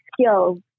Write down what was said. skills